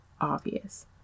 obvious